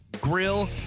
grill